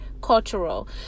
cultural